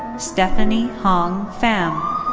stephanie hong pham.